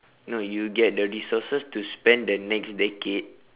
no you get the resources to spend the next decade